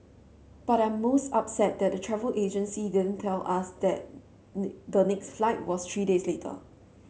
but I'm most upset that the travel agency didn't tell us that the next flight was three days later